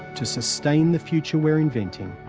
to sustain the future we're inventing,